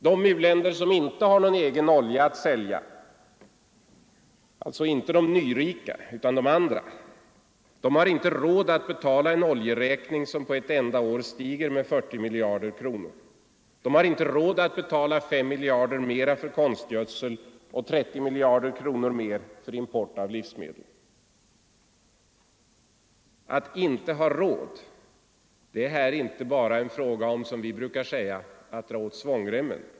De u-länder som inte har någon egen olja att sälja, inte de nyrika utan de andra, har inte råd att betala en oljeräkning som på ett enda år stiger med 40 miljarder kronor. De har inte råd att betala 5 miljarder mer för konstgödsel och 30 miljarder kronor mer för import av livsmedel. Att inte ha råd — det är inte här en fråga om, som vi brukar säga, att dra åt svångremmen.